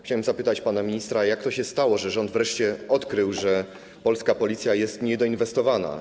Chciałem zapytać pana ministra, jak to się stało, że rząd wreszcie odkrył, że polska Policja jest niedoinwestowana.